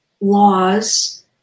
laws